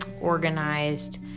organized